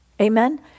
amen